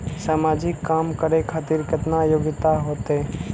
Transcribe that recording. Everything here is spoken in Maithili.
समाजिक काम करें खातिर केतना योग्यता होते?